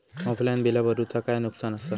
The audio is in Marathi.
ऑफलाइन बिला भरूचा काय नुकसान आसा?